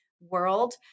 world